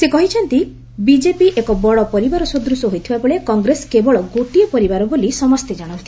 ସେ ବିଜେପି ଏକ ବଡ ପରିବାର ସଦୂଶ ହୋଇଥିବାବେଳେ କଂଗ୍ରେସ କେବଳ ଗୋଟିଏ ପରିବାର ବୋଲି ସମସ୍ତେ ଜାଣନ୍ତି